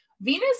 Venus